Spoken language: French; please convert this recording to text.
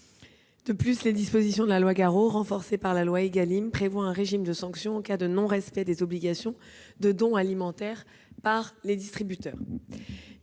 De plus, les dispositions de la loi Garot, renforcées par la loi Égalim, prévoient un régime de sanctions en cas de non-respect des obligations de don alimentaire par les distributeurs.